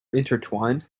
intertwined